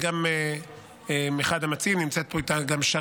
גם אני אחד המציעים, ונמצאת פה גם שרן